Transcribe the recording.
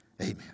amen